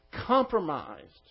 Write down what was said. compromised